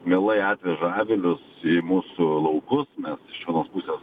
mielai atveža avilius į mūsų laukus mes iš vienos pusės